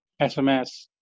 SMS